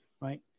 Right